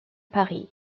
paris